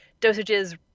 dosages